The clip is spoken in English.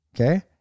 okay